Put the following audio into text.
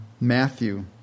Matthew